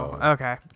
Okay